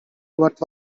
what